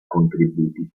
contributi